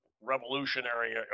revolutionary